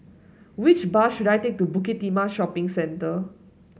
which bus should I take to Bukit Timah Shopping Centre